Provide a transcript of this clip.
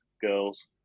girls